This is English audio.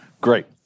Great